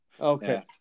Okay